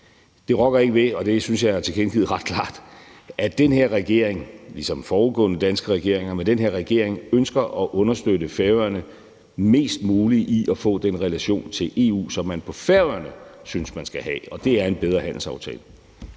Det rokker ikke ved, og det synes jeg at jeg har tilkendegivet ret klart, at den her regering ligesom forudgående danske regeringer ønsker at understøtte Færøerne mest muligt i at få den relation til EU, som man på Færøerne synes man skal have, og det er en bedre handelsaftale.